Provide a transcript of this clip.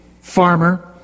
farmer